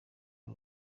ari